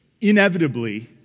Inevitably